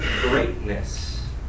greatness